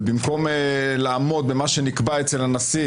ובמקום לעמוד במה שנקבע אצל הנשיא,